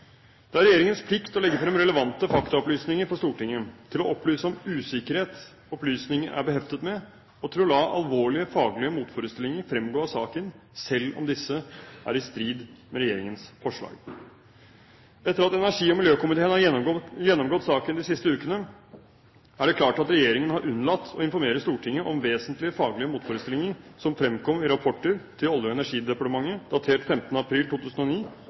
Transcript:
Det er regjeringens plikt å legge frem relevante faktaopplysninger for Stortinget, til å opplyse om usikkerhet opplysninger er beheftet med, og til å la alvorlige faglige motforestillinger fremgå av saken selv om disse er i strid med regjeringens forslag. Etter at energi- og miljøkomiteen har gjennomgått saken de siste ukene, er det klart at regjeringen har unnlatt å informere Stortinget om vesentlige faglige motforestillinger som fremkom i rapporter til Olje- og energidepartementet datert 15. april 2009,